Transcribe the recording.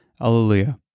alleluia